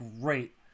great